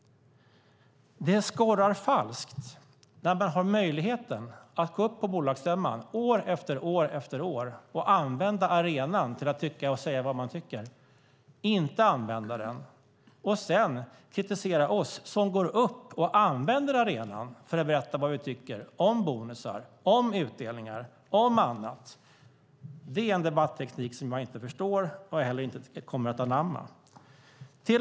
Det skorrar falskt när man har möjligheten att år efter år gå upp på bolagsstämman och använda arenan till att säga vad man tycker men inte använder den. Sedan kritiserar man oss som går upp och använder arenan för att berätta vad vi tycker om bonusar, om utdelningar och annat. Det är en debatteknik som jag inte förstår och inte heller kommer att anamma.